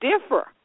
differ